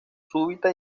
súbita